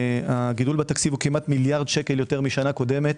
הגידול בתקציב הוא כמעט מיליארד שקל יותר משנה קודמת.